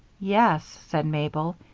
yes, said mabel.